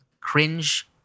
cringe-